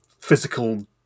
physical